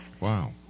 Wow